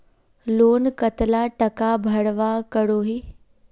Loan कतला टाका भरवा करोही?